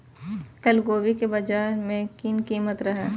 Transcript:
कल गोभी के बाजार में की कीमत रहे?